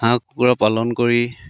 হাঁহ কুকুৰা পালন কৰি